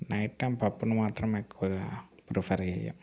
night time పప్పును మాత్రం ఎక్కువగా ప్రిఫర్ చెయ్యము